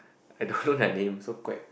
I don't know their name so quite